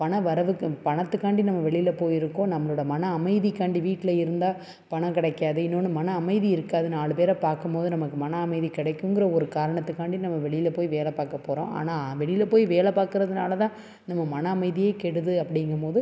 பண வரவுக்கு பணத்துக்காண்டி நம்ம வெளியில் போயிருக்கோம் நம்மளோடய மன அமைதிக்காண்டி வீட்டில் இருந்தால் பணம் கிடைக்காதே இன்னோன்று மன அமைதி இருக்காது நாலு பேரை பார்க்கும்போது நமக்கு மன அமைதி கிடைக்குங்குற ஒரு காரணத்துக்காண்டி நம்ம வெளியில் போய் வேலை பார்க்க போகிறோம் ஆனால் வெளியில் போய் வேலை பார்க்குறதுனால தான் நம்ம மன அமைதியே கெடுது அப்படிங்கும் போது